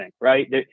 right